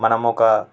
మనం ఒక